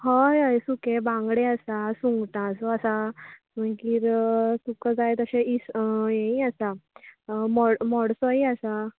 हय हय सुके बांगडे आसा सुंगटाचो आसा मागीर तुमका जाय तशे इस ह्येयी आसा मोड मोडसोय आसा